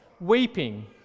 weeping